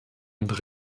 oder